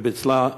שביצעה